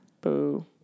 Boo